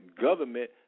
government